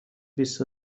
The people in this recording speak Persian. بیست